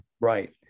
Right